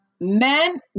Men